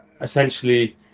essentially